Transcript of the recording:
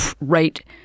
right